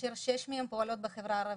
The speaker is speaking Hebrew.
כאשר שש מהן פועלות בחברה הערבית.